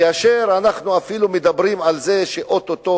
כאשר אנחנו אפילו מדברים על זה שאו-טו-טו